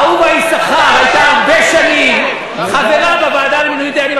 אהובה יששכר הייתה הרבה שנים חברה בוועדה למינוי דיינים.